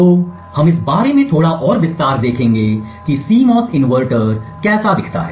तो हम इस बारे में थोड़ा और विस्तार देखेंगे कि CMOS इन्वर्टर कैसा दिखता है